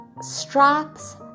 straps